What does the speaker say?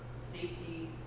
safety